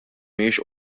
mhijiex